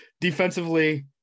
defensively